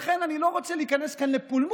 לכן, אני לא רוצה להיכנס כאן לפולמוס,